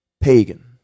pagan